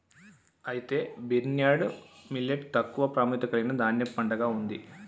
అయితే barnyard millet తక్కువ ప్రాముఖ్యత కలిగిన ధాన్యపు పంటగా ఉంది